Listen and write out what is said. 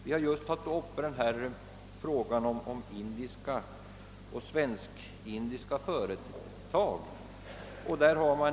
Vi har just haft uppe frågan om indiska och svensk-indiska företag.